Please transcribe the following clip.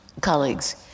colleagues